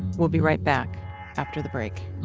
we'll be right back after the break